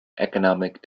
economic